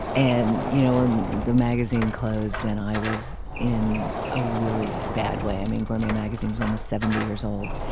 and you know and the magazine closed and i was in a really bad way. um and gourmet magazine was almost seventy years old.